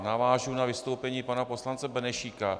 Navážu na vystoupení pana poslance Benešíka.